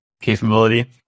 capability